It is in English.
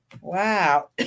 Wow